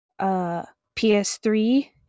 PS3